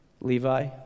Levi